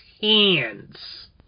hands